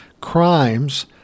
crimes